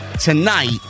tonight